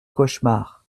cauchemar